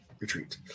retreat